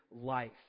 life